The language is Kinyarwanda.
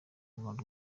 urungano